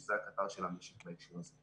שזה הקטר של המשק בהקשר הזה.